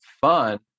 fun